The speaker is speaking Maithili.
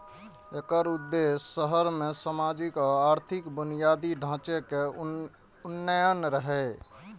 एकर उद्देश्य शहर मे सामाजिक आ आर्थिक बुनियादी ढांचे के उन्नयन रहै